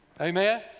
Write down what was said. Amen